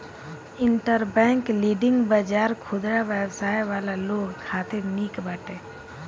interbank lending बाजार खुदरा व्यवसाय वाला लोग खातिर निक बाटे